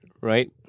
right